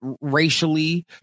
racially